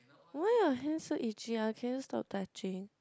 why your hand so itchy ah can you stop touching